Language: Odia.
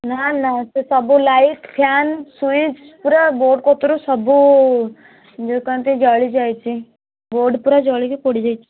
ନା ନା ସେ ସବୁ ଲାଇଟ୍ ଫ୍ୟାନ୍ ସୁଇଚ୍ ପୂରା ବୋର୍ଡ଼ କତରୁ ସବୁ ଯେଉଁ କ'ଣ ତି ଜଳି ଯାଇଛି ବୋର୍ଡ଼ ପୂରା ଜଳିକି ପୋଡ଼ି ଯାଇଛି